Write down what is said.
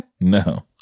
No